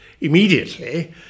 immediately